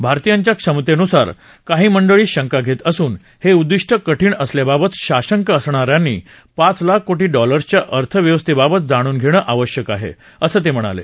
भारतीयांच्या सक्षमतेवर काही मंडळी शंका घेत असून हे उद्दिष्ट कठीण असल्याबाबत साशंक असणा यांनी पाच लाख कोटी डॉलर्सच्या अर्थव्यवस्थेबाबत जाणून घेणं आवश्यक आहे असं ते म्हणाले